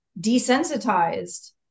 desensitized